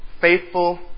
faithful